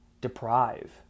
deprive